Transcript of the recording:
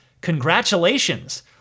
congratulations